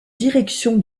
direction